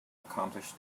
accomplish